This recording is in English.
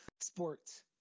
sports